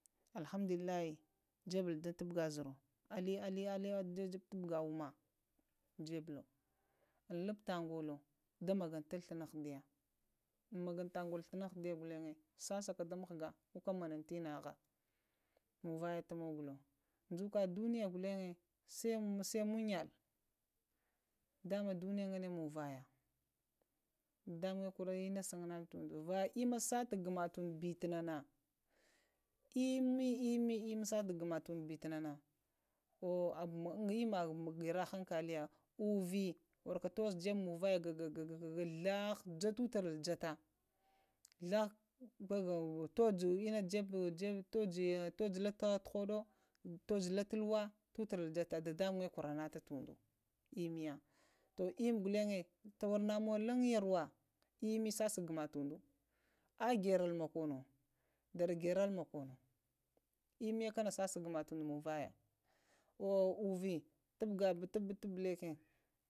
Alhamdulillahi jebe da tabgha zuro əe alə jebe da tuɓəga wama jebulo lubta golo damaŋanta flaəna ghulenye, maganta flaəna ahɗiya ghulanz na, sasaka ɗa mghga goka monunta inɗaha munvaya tamogolo, dzuka duniya ghulan ŋg sai sai mono munyal dama duniya nga ne manz vanah ya ɗa munze kara ləna sakoho munvaya, va imma sa gama tundo bərana, immi, immi, immi, sata ghama tunda bətunana oh oh oh gma əvala-la hankaliya, ovə warka tuzo jeɗe munvaya, ga-ga-ga gah ndhahah golo tutara jata, ndhahau kojuna tahodo tuza la tuluwa tutra ŋate da damunze karata manata tundu immi ya, to imi ghulaye taworo manz in yarwa imi sasa ghama tundu ahhh ghorol to mokono, dara garal to mokono immi kana sase ghanah tundu man vaya to uvə tubgha tubglake.